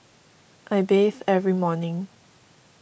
I bathe every morning